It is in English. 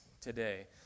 today